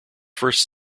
first